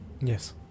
Yes